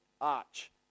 arch